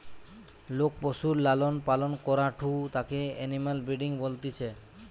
লোক পশুর লালন পালন করাঢু তাকে এনিম্যাল ব্রিডিং বলতিছে